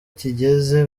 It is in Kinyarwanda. kigeze